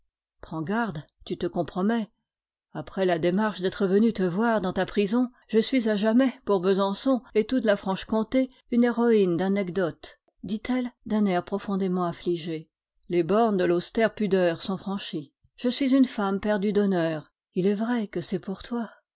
prends garde tu te compromets après la démarche d'être venue te voir dans ta prison je suis à jamais pour besançon et toute la franche-comté une héroïne d'anecdotes dit-elle d'un air profondément affligé les bornes de l'austère pudeur sont franchies je suis une femme perdue d'honneur il est vrai que c'est pour toi